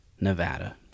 Nevada